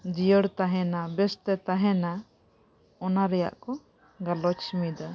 ᱡᱤᱭᱟᱹᱲ ᱛᱟᱦᱮᱱᱟ ᱵᱮᱥ ᱛᱮ ᱛᱟᱦᱮᱱᱟ ᱚᱱᱟ ᱨᱮᱱᱟᱜ ᱠᱚ ᱜᱟᱞᱚᱪ ᱢᱤᱫᱟ